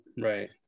right